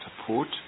support